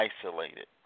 isolated